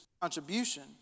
contribution